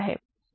तो यह धारणा है